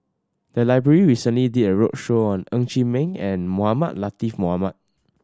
the library recently did a roadshow on Ng Chee Meng and Mohamed Latiff Mohamed